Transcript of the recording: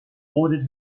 ordered